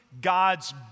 God's